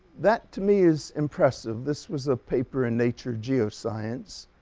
that to me is impressive. this was a paper in nature geoscience